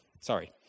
Sorry